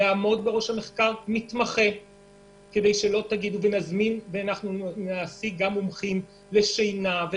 בראש המחקר יעמוד מתמחה ונשיג גם מומחים לשינה על